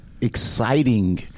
exciting